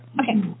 Okay